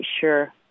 sure